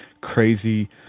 crazy